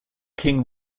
king